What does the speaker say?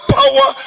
power